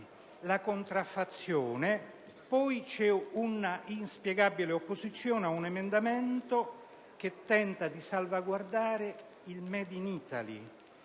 contraffazione, poi c'è una inspiegabile opposizione ad un emendamento che tenta di salvaguardare il *made in Italy*.